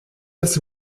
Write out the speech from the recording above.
das